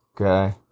Okay